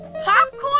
Popcorn